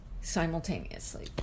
simultaneously